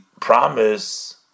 promise